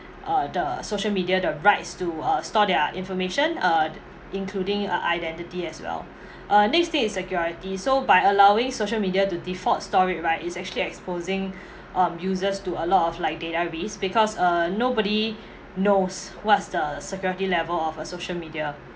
uh the social media the rights to uh store their information uh including uh identity as well uh next thing is security so by allowing social media to default store it right is actually exposing um users to a lot of like database because uh nobody knows what's the security level of a social media